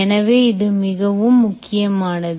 எனவே இது மிகவும் முக்கியமானது